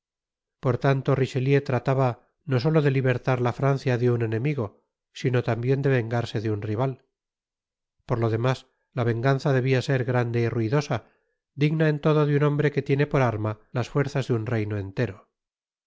por tanto richelieu trataba no solo de libertar la fraocia de un enemigo sino tambien de vengarse de un rival por lo demás la venganza debia ser grande y ruidosa digna en todo de un hombre que tiene por arma las fuerzas de un reino entero